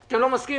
מסכימים,